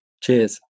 Cheers